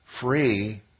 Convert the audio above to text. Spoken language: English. free